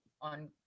on